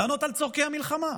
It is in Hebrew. לענות על צורכי המלחמה.